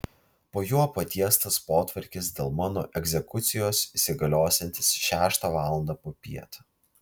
po juo patiestas potvarkis dėl mano egzekucijos įsigaliosiantis šeštą valandą popiet